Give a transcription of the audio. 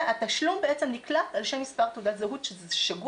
התשלום בעצם נקלט על שם מספר תעודת זהות שגוי,